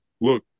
look